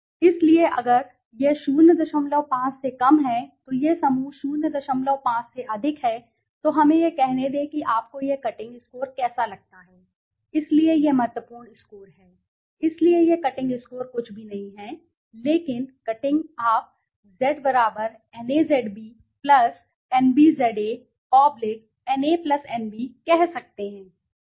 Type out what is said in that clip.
इसलिए अगर यह 05 से कम है तो यह समूह 05 से अधिक है तो हमें यह कहने दें कि आपको यह कटिंग स्कोर कैसा लगता है इसलिए यह महत्वपूर्ण स्कोर है इसलिए यह कटिंग स्कोर कुछ भी नहीं है लेकिन कटिंग आप zNAZBNBZANANB कह सकते हैं